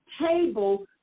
table